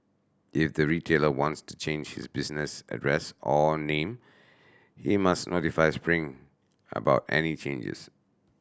if the retailer wants to change his business address or name he must notify Spring about any changes